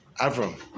Avram